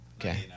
Okay